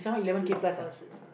six five six